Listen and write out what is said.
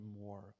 more